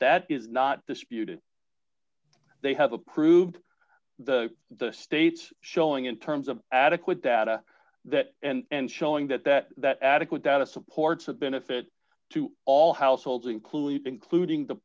that is not disputed they have approved the the state's showing in terms of adequate data that and showing that that that adequate data supports a benefit to all households including including the